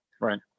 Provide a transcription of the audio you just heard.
Right